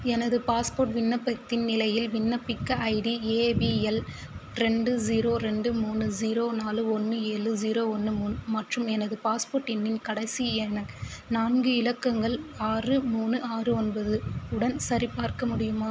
எனது பாஸ்போர்ட் விண்ணப்பத்தின் நிலையில் விண்ணப்பிக்க ஐடி ஏ பி எல் ரெண்டு ஜீரோ ரெண்டு மூணு ஜீரோ நாலு ஒன்று ஏழு ஜீரோ ஒன்று மூணு மற்றும் எனது பாஸ்போர்ட் எண்ணின் கடைசி எண் நான்கு இலக்கங்கள் ஆறு மூணு ஆறு ஒன்பது உடன் சரிபார்க்க முடியுமா